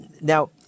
Now